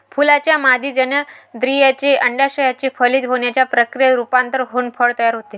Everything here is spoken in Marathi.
फुलाच्या मादी जननेंद्रियाचे, अंडाशयाचे फलित होण्याच्या प्रक्रियेत रूपांतर होऊन फळ तयार होते